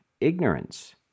ignorance